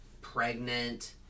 pregnant